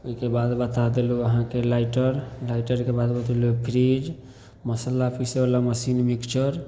ओहिके बाद बता देलु अहाँके लाइटर लाइटरके बाद बतेलु फ्रिज मसल्ला पिसैवला मशीन मिक्सर